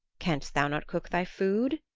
canst thou not cook thy food?